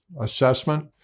assessment